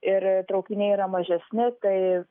ir traukiniai yra mažesni tai